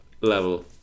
level